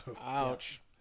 Ouch